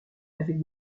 avec